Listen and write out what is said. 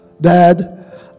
Dad